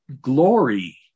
glory